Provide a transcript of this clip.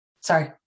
Sorry